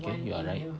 okay you're right